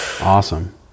awesome